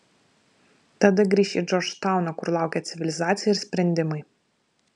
tada grįš į džordžtauną kur laukė civilizacija ir sprendimai